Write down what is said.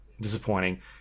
disappointing